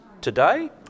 today